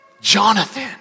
Jonathan